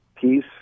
peace